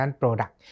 product